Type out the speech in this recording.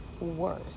worse